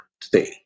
today